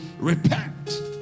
repent